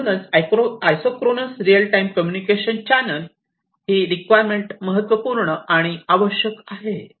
आणि म्हणूनच isochronous real time communication channel ही रिक्वायरमेंट महत्त्वपूर्ण आणि आवश्यक आहे